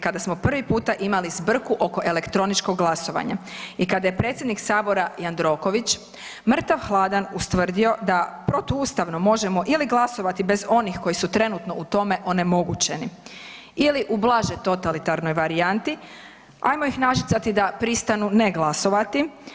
Kada smo prvi puta imali zbrku oko elektroničkog glasovanja i kada je predsjednik Sabora Jandroković mrtav-hladan ustvrdio da protuustavno možemo ili glasovati bez onih koji su trenutno u tome onemogućeno ili u blažoj totalitarnoj varijanti ajmo ih nažicati da pristanu ne glasovati.